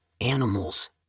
animals